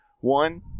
One